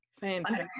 Fantastic